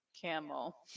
camel